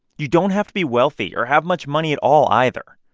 you don't have to be wealthy or have much money at all either.